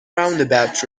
roundabout